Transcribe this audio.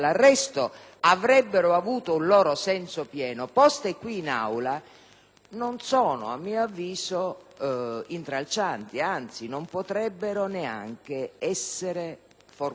avrebbero avuto un loro senso pieno; poste qui in Aula, non sono intralcianti: non potrebbero neanche essere formulate.